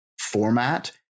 format